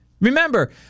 Remember